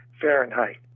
Fahrenheit